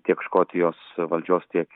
tiek škotijos valdžios tiek